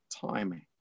timing